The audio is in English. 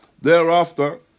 thereafter